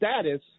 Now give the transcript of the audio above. status